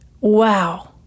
Wow